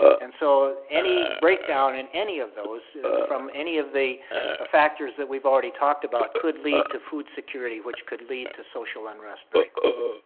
and so, any breakdown in any of those from any of the ah factors that we've already talked about could lead to food security which could lead to social unrest very quickly.